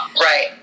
Right